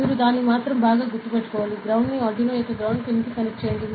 మీరు దానిని గుర్తుంచుకోవాలి గ్రౌండ్ ని ఆర్డునో యొక్క గ్రౌండ్ పిన్ కి కనెక్ట్ చేయండి